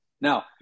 Now